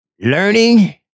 learning